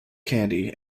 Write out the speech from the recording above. kandy